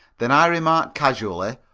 then i remarked casually,